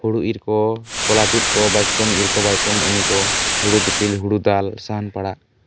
ᱦᱳᱲᱳ ᱤᱨ ᱠᱚ ᱛᱚᱞᱟ ᱛᱩᱫ ᱠᱚ ᱵᱟᱪᱠᱚᱢ ᱤᱨ ᱠᱚ ᱵᱟᱪᱠᱚᱢ ᱩᱧ ᱠᱚ ᱦᱳᱲᱳ ᱫᱤᱯᱤᱞ ᱦᱳᱲᱳ ᱫᱟᱞ ᱥᱟᱦᱟᱱ ᱯᱟᱲᱟᱜ